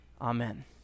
Amen